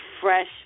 fresh